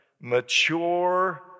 mature